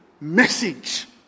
message